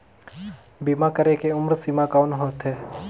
बीमा करे के उम्र सीमा कौन होथे?